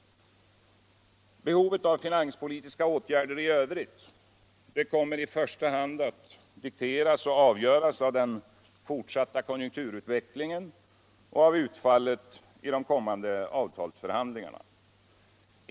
Behovet av finanspoliuska åtgärder i övrigt kommer i första hand att dikteras och avgöras av den förtsatta koniunkturutvecklingen och av utfallet i de kommande avtalsförhandlingarna.